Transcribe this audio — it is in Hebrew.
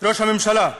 ראש הממשלה,